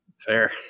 Fair